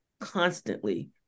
constantly